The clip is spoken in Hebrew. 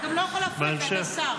אתה גם לא יכול להפריע, כי אתה שר.